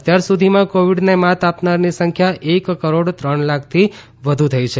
અત્યાર સુધીમાં કોવીડને માત આપનારની સંખ્યા એક કરોડ ત્રણ લાખથી વધુ થઇ છે